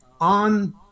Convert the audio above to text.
On